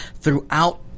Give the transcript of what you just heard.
throughout